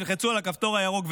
תלחצו על הכפתור הירוק,